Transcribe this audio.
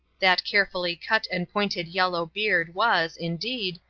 that carefully cut and pointed yellow beard was, indeed,